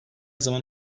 zaman